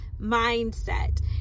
mindset